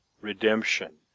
redemption